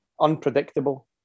Unpredictable